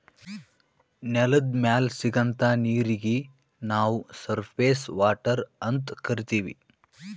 ನೆಲದ್ ಮ್ಯಾಲ್ ಸಿಗಂಥಾ ನೀರೀಗಿ ನಾವ್ ಸರ್ಫೇಸ್ ವಾಟರ್ ಅಂತ್ ಕರೀತೀವಿ